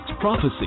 prophecy